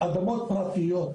אדמות פרטיות,